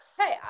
Hey